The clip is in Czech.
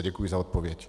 Děkuji za odpověď.